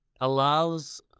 allows